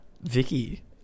Vicky